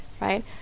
right